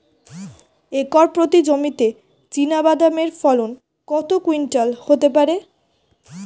Acre প্রতি জমিতে চীনাবাদাম এর ফলন কত কুইন্টাল হতে পারে?